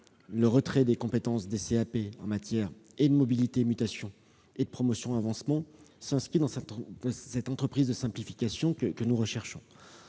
le retrait des compétences des CAP en matière de mobilité-mutation et de promotion-avancement s'inscrit dans cette entreprise de simplification que nous recherchons.